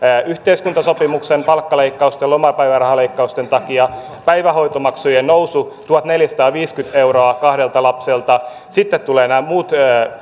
yhteiskuntasopimuksen palkkaleikkausten lomapäivärahaleikkausten takia päivähoitomaksujen nousu on tuhatneljäsataaviisikymmentä euroa kahdelta lapselta sitten tulevat nämä muut